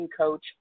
coach